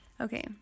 Okay